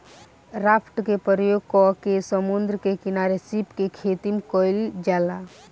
raft के प्रयोग क के समुंद्र के किनारे सीप के खेतीम कईल जाला